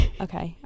Okay